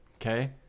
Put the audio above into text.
Okay